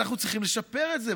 אנחנו צריכים לשפר את זה,